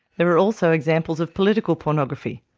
there are also examples of political pornography.